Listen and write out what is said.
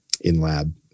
in-lab